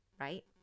right